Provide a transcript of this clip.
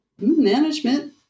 management